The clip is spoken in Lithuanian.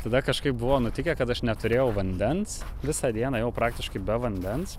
tada kažkaip buvo nutikę kad aš neturėjau vandens visą dieną ėjau praktiškai be vandens